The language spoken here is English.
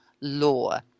law